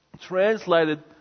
translated